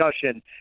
discussion